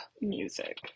music